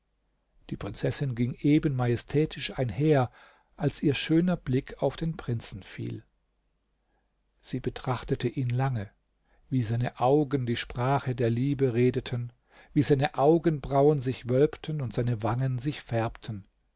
die prinzessin ging eben majestätisch einher als ihr schöner blick auf den prinzen fiel sie betrachtete ihn lange wie seine augen die sprache der liebe redeten wie seine augenbrauen sich wölbten und seine wangen sich färbten